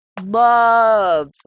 Love